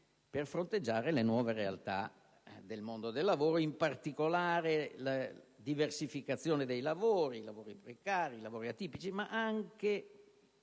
per fronteggiare le nuove realtà del mondo del lavoro, in particolare la diversificazione dei lavori, dai precari agli atipici, ma anche